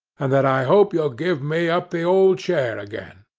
and that i hope you'll give me up the old chair, again